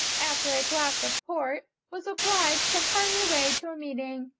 after a glass of port, was obliged to hurry away to a meeting,